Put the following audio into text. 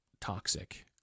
toxic